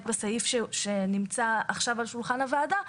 בסעיף שנמצא עכשיו על שולחן הוועדה.